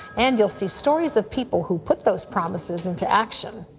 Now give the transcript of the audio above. and you'll see stories of people who put those promises into action.